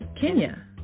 Kenya